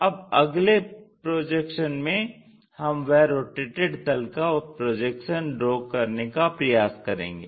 अब अगले प्रोजेक्शन में हम वह रोटेटेड तल का प्रोजेक्शन ड्रा करने का प्रयास करेंगे